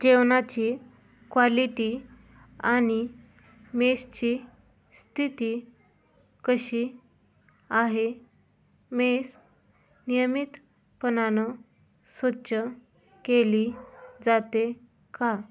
जेवणाची क्वालिटी आणि मेसची स्थिती कशी आहे मेस नियमितपणानं स्वच्छ केली जाते का